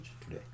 today